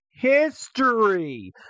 history